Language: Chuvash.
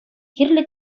кирлӗ